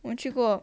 我们去过